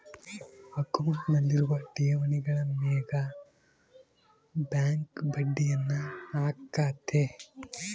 ಅಕೌಂಟ್ನಲ್ಲಿರುವ ಠೇವಣಿಗಳ ಮೇಗ ಬ್ಯಾಂಕ್ ಬಡ್ಡಿಯನ್ನ ಹಾಕ್ಕತೆ